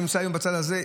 אני נמצא היום בצד הזה,